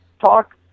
talk